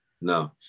no